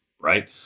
right